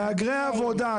מהגרי עבודה,